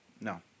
No